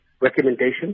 recommendation